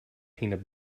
peanut